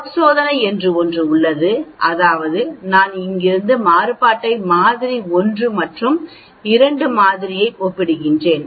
F சோதனை என்று உள்ளது அதாவது நான் இங்கிருந்து மாறுபாட்டை மாதிரி 1 மற்றும் ஒரு மாதிரி 2 ஐ ஒப்பிடுகிறேன்